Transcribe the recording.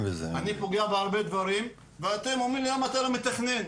אי פוגע בהרבה דברים ואתם אומרים לי למה אתה לא מתכנן,